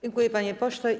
Dziękuję, panie pośle.